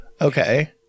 Okay